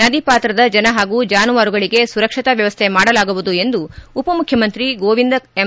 ನದಿ ಪಾತ್ರದ ಜನ ಹಾಗೂ ಜಾನುವಾರುಗಳಿಗೆ ಸುರಕ್ಷತಾ ವ್ಯವಸ್ಥೆ ಮಾಡಲಾಗುವುದು ಎಂದು ಉಪಮುಖ್ಯಮಂತ್ರಿ ಗೋವಿಂದ ಎಂ